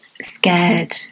scared